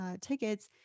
tickets